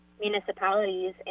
municipalities